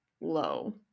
low